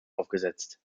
aufgesetzt